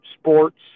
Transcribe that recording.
Sports